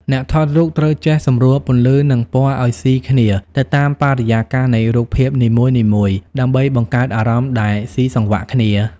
អ្នកថតរូបត្រូវចេះសម្រួលពន្លឺ និងពណ៌ឱ្យស៊ីគ្នាទៅតាមបរិយាកាសនៃរូបភាពនីមួយៗ ដើម្បីបង្កើតអារម្មណ៍ដែលស៊ីសង្វាក់គ្នា។